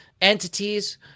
entities